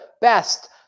best